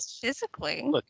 physically